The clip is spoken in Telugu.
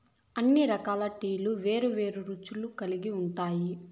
అన్ని రకాల టీలు వేరు వేరు రుచులు కల్గి ఉంటాయి